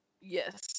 Yes